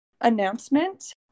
announcement